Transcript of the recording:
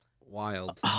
Wild